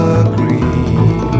agree